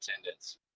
attendance